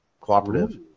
cooperative